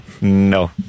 No